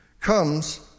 comes